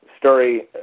story